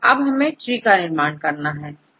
अब हमें ट्री का निर्माण करना है